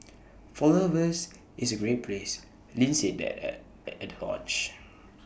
for lovers it's A great place Lin said that at at the hodge